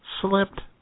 slipped